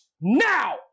now